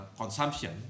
consumption